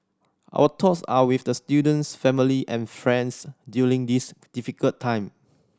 our thoughts are with the student's family and friends during this difficult time